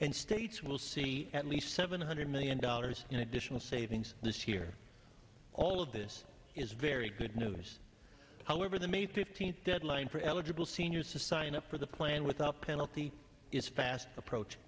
and states will see at least seven hundred million dollars in additional savings this year all of this is very good news however the may fifteenth deadline for eligible seniors to sign up for the plan without penalty is fast approach